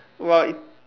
while it